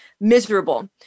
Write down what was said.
miserable